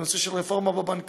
בנושא של רפורמה בבנקאות,